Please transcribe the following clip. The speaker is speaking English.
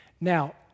Now